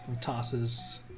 Tosses